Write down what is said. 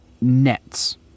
nets